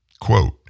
quote